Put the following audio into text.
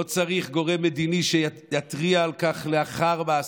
לא צריך גורם מדיני שיתריע על כך לאחר מעשה.